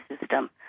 system